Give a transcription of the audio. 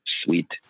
sweet